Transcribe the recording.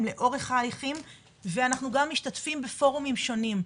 לאורך ההליכים ואנחנו גם משתתפים בפורומים שונים.